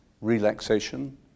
relaxation